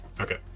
okay